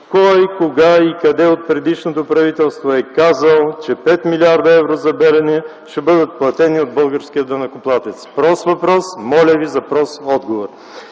кой, кога и къде от предишното правителство е казал, че 5 млрд. евро за „Белене” ще бъдат платени от българския данъкоплатец? Прост въпрос, моля Ви за прост отговор!